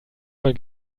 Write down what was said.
man